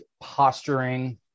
posturing